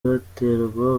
baterwa